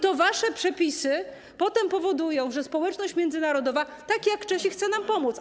To wasze przepisy powodują, że społeczność międzynarodowa, tak jak Czesi, chce nam pomóc.